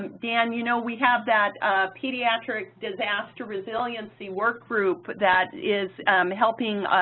dan, you know, we have that pediatric disaster resiliency work group that is helping